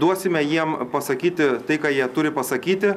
duosime jiem pasakyti tai ką jie turi pasakyti